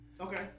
okay